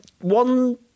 one